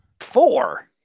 Four